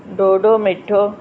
डोडो मिठो